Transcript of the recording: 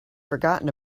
forgotten